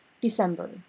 December